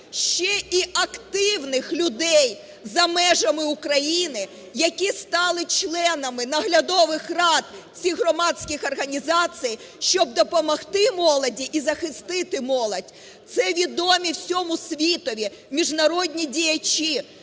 ще і активних людей за межами України, які стали членами наглядових рад цих громадських організацій, щоб допомогти молоді і захистити молодь. Це відомі всьому світові міжнародні діячі,